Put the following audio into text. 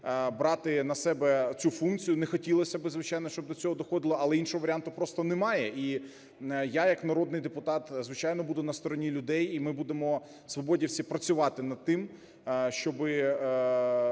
брати на себе цю функцію. Не хотілося б, звичайно, щоб до цього доходило, але іншого варіанту просто немає. І я як народний депутат, звичайно, буду на стороні людей, і ми будемо, свободівці, працювати над тим, щоб